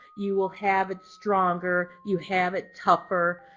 you will have it stronger. you have it tougher.